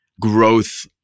growth